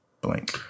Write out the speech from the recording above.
blank